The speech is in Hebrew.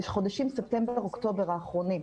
בחודשים ספטמבר אוקטובר האחרונים,